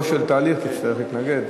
אבל בסופו של תהליך תצטרך להתנגד.